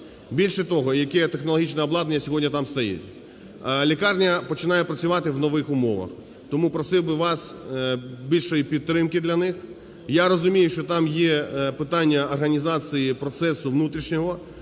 більше того, яке технологічне обладнання сьогодні там стоїть. Лікарня починає працювати в нових умовах, тому просив би вас більшої підтримки для них. Я розумію, що там є питання організації процесу внутрішнього.